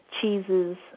cheeses